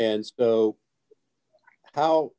and so how